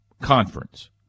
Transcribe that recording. conference